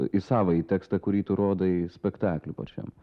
į savąjį tekstą kurį tu rodai spektakly pačiam